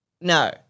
No